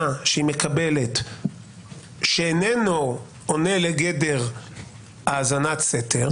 שהיא מקבלת איננו עונה לגדר האזנת סתר.